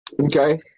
Okay